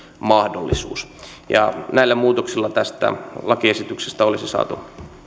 mahdollisuus näillä muutoksilla tästä lakiesityksestä olisi saatu